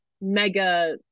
mega